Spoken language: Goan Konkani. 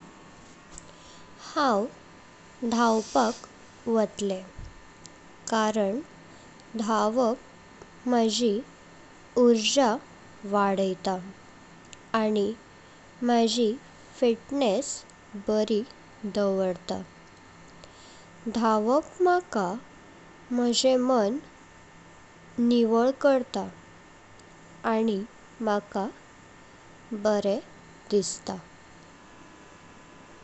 हांव धावपाक वाटले कारण धावप माजी ऊर्जा वाडेत आनी माजी फिटनेस बरी दावर्ता। धावप म्हाका माझे मन निवळ करता आणि म्हाका बरे दिसता।